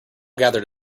gathered